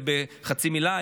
בחצי מילה,